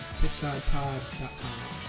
pitchsidepod.com